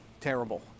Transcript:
terrible